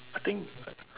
I think